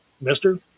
Mister